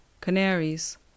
Canaries